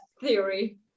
theory